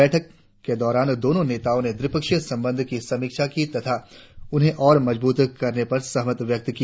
बैठक के दौरान दोनों नेताओं ने द्विपक्षीय संबंधों की समीक्षा की तथा उन्हें और मजबूत करने पर सहमति व्यक्त की